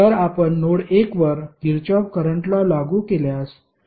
तर आपण नोड 1 वर किरचॉफ करंट लॉ लागू केल्यास काय होईल